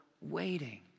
waiting